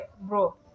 bro